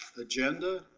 agenda,